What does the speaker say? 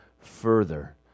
further